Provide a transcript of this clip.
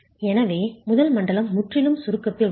எனவே முதல் மண்டலம் முற்றிலும் சுருக்கத்தில் உள்ளது